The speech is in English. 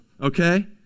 okay